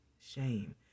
shame